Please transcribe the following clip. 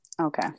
okay